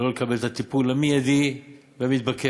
לא לקבל את הטיפול המיידי והמתבקש